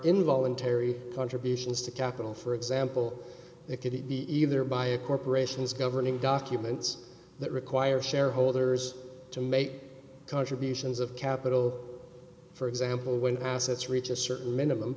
involuntary contributions to capital for example it could be either by a corporation's governing documents that require shareholders to make contributions of capital for example when assets reach a certain minimum